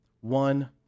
one